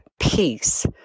peace